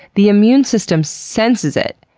the immune system senses it,